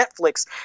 Netflix